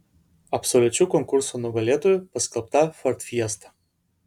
absoliučiu konkurso nugalėtoju paskelbta ford fiesta